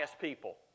people